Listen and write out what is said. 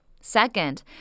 Second